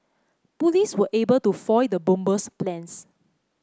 police were able to foil the bomber's plans